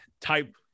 type